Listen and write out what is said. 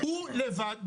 הוא לבד בחדר,